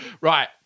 Right